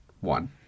one